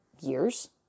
years